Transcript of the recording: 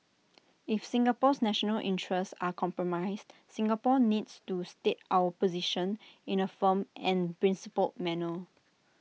if Singapore's national interests are compromised Singapore needs to state our position in A firm and principled manner